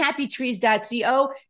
HappyTrees.co